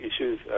issues